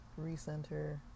recenter